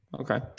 Okay